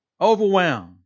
overwhelmed